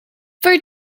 for